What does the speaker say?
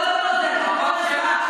זו אותה שאלה, בלי שמות,